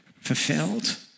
fulfilled